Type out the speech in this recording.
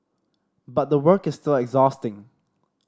but the work is still exhausting